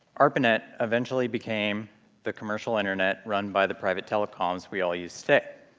arpanet eventually became the commercial internet run by the private telecoms we all use today.